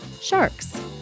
sharks